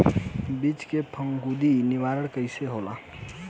बीज के फफूंदी निवारण कईसे होला?